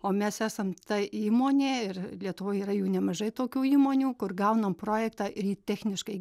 o mes esam ta įmonė ir lietuvoj yra jų nemažai tokių įmonių kur gaunam projektą ir jį techniškai